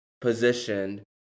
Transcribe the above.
positioned